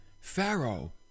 Pharaoh